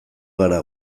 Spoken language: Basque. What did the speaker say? gara